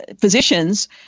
physicians